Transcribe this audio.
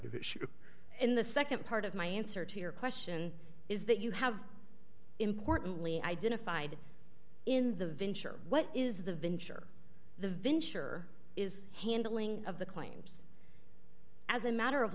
of issue in the nd part of my answer to your question is that you have importantly identified in the venture what is the venture the venture is handling of the claims as a matter of